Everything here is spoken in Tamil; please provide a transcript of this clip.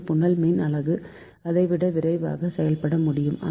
ஒரு புனல் மின் அலகு இதை விட விரைவாக செயல்பட முடியும்